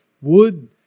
wood